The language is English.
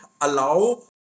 allow